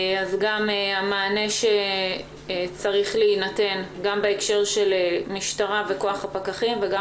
המענה שצריך להינתן גם בהקשר של המשטרה וכוח הפקחים וגם